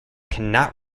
cannot